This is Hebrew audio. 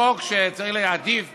חוק שצריך להעדיף רוסים,